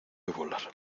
volar